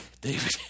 David